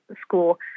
school